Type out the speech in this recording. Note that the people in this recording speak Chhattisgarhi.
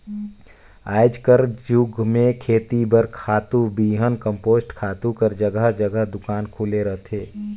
आएज कर जुग में खेती बर खातू, बीहन, कम्पोस्ट खातू कर जगहा जगहा दोकान खुले रहथे